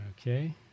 okay